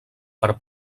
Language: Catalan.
per